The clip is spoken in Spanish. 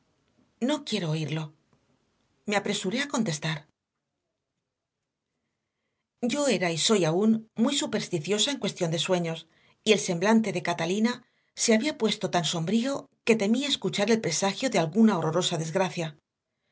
no quiero oírlo me apresuré a contestar yo era y soy aún muy supersticiosa en cuestión de sueños y el semblante de catalina se había puesto tan sombrío que temí escuchar el presagio de alguna horrorosa desgracia